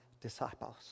disciples